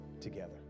together